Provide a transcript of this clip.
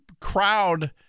crowd